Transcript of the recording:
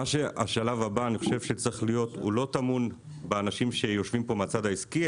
השלב הבא לא טמון באנשים שיושבים פה מהצד העסקי,